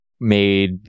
made